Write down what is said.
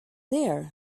there